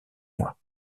mois